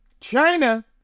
China